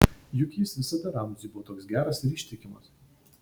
juk jis visada ramziui buvo toks geras ir ištikimas